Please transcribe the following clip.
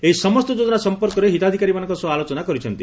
ଏହି ସମସ୍ତ ଯୋଜନା ସମ୍ମର୍କରେ ହିତାଧିକାର ମାନଙ୍କ ସହ ଆଲୋଚନା କରିଛନ୍ତି